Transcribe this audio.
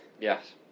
Yes